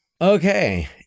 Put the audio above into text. Okay